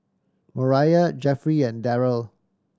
Moriah Jeffrey and Deryl